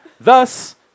Thus